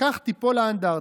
וכך תיפול האנדרטה.